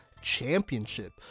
championship